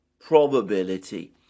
probability